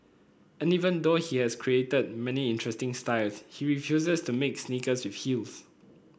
and even though he has created many interesting styles he refuses to make sneakers with heels